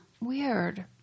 Weird